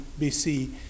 BC